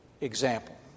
example